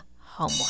homework